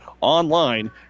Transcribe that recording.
online